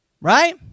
Right